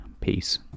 peace